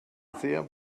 sehr